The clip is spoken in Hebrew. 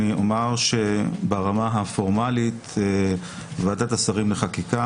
ברמה הפורמלית ועדת השרים לחקיקה,